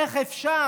איך אפשר,